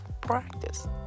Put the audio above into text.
practice